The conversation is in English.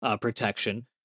protection